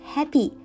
Happy 。